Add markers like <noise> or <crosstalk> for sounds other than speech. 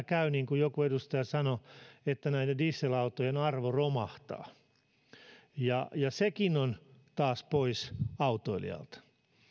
<unintelligible> käy niin kuin joku edustaja sanoi <unintelligible> <unintelligible> näiden dieselautojen arvo romahtaa <unintelligible> <unintelligible> <unintelligible> sekin on taas pois autoilijalta